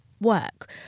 work